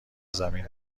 زمین